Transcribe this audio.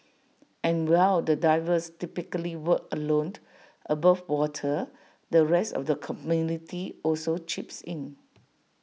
and while the divers typically work alone above water the rest of the community also chips in